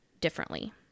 differently